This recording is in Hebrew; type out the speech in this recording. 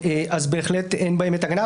בהחלט אין בהם הגנה.